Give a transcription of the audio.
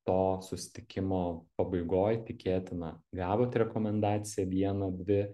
to susitikimo pabaigoj tikėtina gavot rekomendaciją vieną dvi